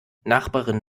nachbarin